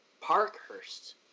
Parkhurst